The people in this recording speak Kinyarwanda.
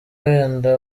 wenda